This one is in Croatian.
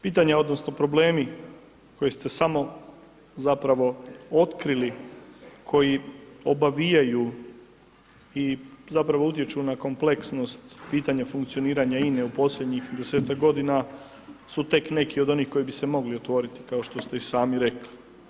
Pitanja odnosno problemi koje ste samo zapravo otkrili koji obavijaju i zapravo utječu na kompleksnost pitanja funkcioniranja INE u posljednjih 10-ak godina su tek neki od onih koji bi se mogli otvoriti kao što ste i sami rekli.